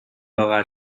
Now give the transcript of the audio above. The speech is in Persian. لاغر